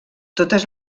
totes